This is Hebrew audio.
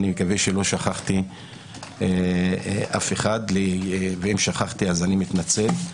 אני מקווה שלא שכחתי אף אחד ואם שכחתי, מתנצל.